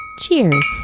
Cheers